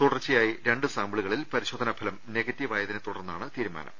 തുടർച്ചയായി രണ്ട് സാമ്പിളുകളിൽ പരിശോധനാ ഫലം നെഗറ്റീവായതിനെ തുടർന്നാണ് തീരുമാനം